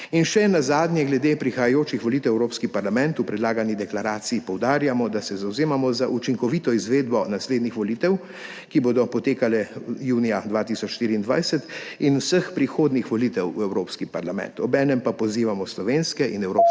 In še nazadnje glede prihajajočih volitev v Evropski parlament. V predlagani deklaraciji poudarjamo, da se zavzemamo za učinkovito izvedbo naslednjih volitev, ki bodo potekale junija 2024, in vseh prihodnjih volitev v Evropski parlament. Obenem pa pozivamo slovenske in evropske